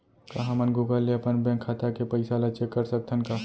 का हमन गूगल ले अपन बैंक खाता के पइसा ला चेक कर सकथन का?